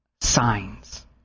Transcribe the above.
signs